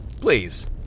Please